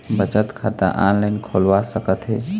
बचत खाता ऑनलाइन खोलवा सकथें?